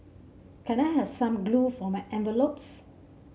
can I have some glue for my envelopes